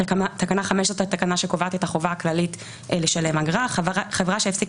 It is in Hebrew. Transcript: תקנה 5 זאת התקנה שקובעת את החובה הכללית לשלם אגרה "חברה שהפסיקה